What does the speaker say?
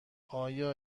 آیا